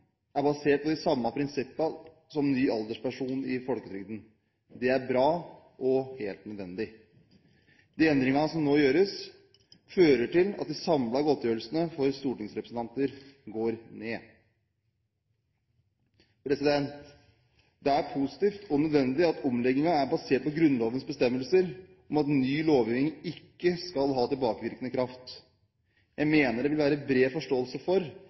er basert på de samme prinsipper som ny alderspensjon i folketrygden. Det er bra – og helt nødvendig. De endringene som nå gjøres, fører til at de samlede godtgjørelsene for stortingsrepresentanter går ned. Det er positivt og nødvendig at omleggingen er basert på Grunnlovens bestemmelser om at ny lovgivning ikke skal ha tilbakevirkende kraft. Jeg mener det vil være bred forståelse for